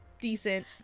decent